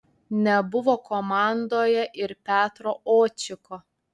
nebuvo komandoje ir petro očiko